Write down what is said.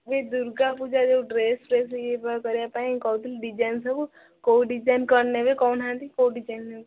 ଏଇ ଦୁର୍ଗାପୂଜା ଯୋଉ dress dress ଇଏ କ'ଣ କରିବା ପାଇଁ କହୁଥିଲେ ଡିଜାଇନ୍ ସବୁ କୋଉ ଡିଜାଇନ୍ କ'ଣ ନେବେ କହୁନାହାନ୍ତି କୋଉ ଡିଜାଇନ୍ ନେବେ